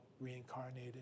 reincarnated